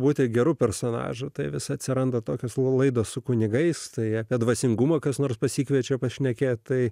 būti geru personažų tai vis atsiranda tokios laidos su kunigais tai kad dvasingumą kas nors pasikviečia pašnekėti tai